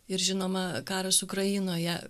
ir žinoma karas ukrainoje